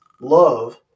love